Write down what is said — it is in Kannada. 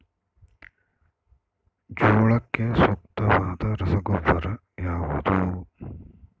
ಜೋಳಕ್ಕೆ ಸೂಕ್ತವಾದ ರಸಗೊಬ್ಬರ ಯಾವುದು?